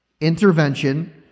intervention